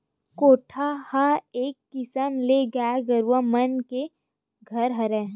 कोठा ह एक किसम ले गाय गरुवा मन के घर हरय